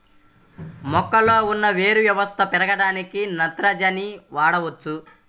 మొక్కలో ఉన్న వేరు వ్యవస్థ పెరగడానికి నత్రజని వాడవచ్చా?